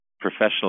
professional